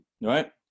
right